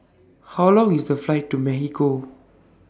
How Long IS The Flight to Mexico